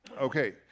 Okay